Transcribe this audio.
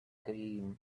cream